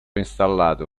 installato